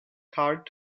hard